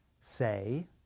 Say